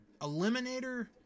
Eliminator